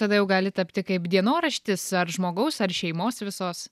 tada jau gali tapti kaip dienoraštis ar žmogaus ar šeimos visos